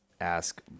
ask